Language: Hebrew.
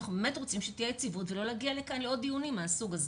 אנחנו באמת רוצים שתהיה יציבות ולא להגיע לכאן לעוד דיונים מהסוג הזה.